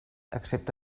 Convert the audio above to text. excepte